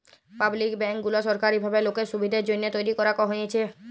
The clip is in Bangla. পাবলিক ব্যাঙ্ক গুলা সরকারি ভাবে লোকের সুবিধের জন্যহে তৈরী করাক হয়েছে